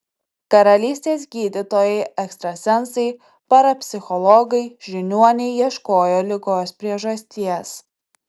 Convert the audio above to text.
karalystės gydytojai ekstrasensai parapsichologai žiniuoniai ieškojo ligos priežasties